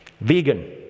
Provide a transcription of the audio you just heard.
vegan